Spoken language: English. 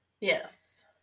Yes